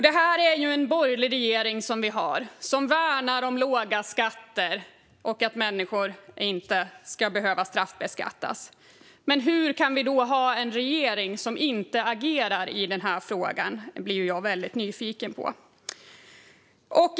Det är en borgerlig regering vi har, som värnar låga skatter och att människor inte ska behöva straffbeskattas. Men hur kan vi då ha en regering som inte agerar i den här frågan? Jag blir väldigt nyfiken på det.